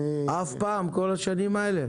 אף פעם בכל השנים האלה?